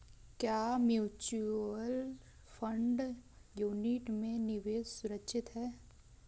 क्या mutual fund unit में निवेश सुरक्षित है?